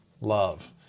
love